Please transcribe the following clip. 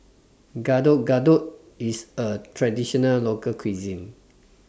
Getuk Getuk IS A Traditional Local Cuisine